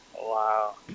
wow